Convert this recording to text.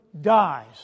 dies